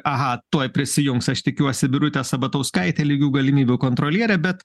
aha tuoj prisijungs aš tikiuosi birutė sabatauskaitė lygių galimybių kontrolierė bet